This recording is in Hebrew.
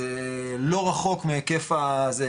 זה לא רחוק מהיקף הזה,